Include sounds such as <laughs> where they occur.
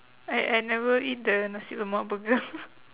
I I never eat the nasi-lemak burger <laughs>